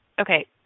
Okay